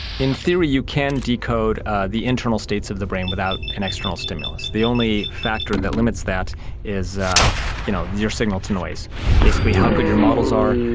in theory you can decode the internal states of the brain without an external stimulus. the only factor that limits that is ah you know your signal-to-noise, basically how good your models are,